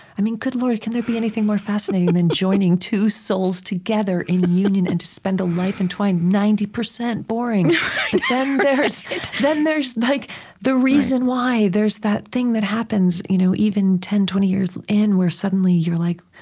i mean, good lord, can there be anything more fascinating and than joining two souls together in union and to spend a life entwined? ninety percent boring then there's like the reason why there's that thing that happens, you know even ten, twenty years in, where suddenly, you're like,